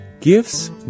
gifts